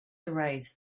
erased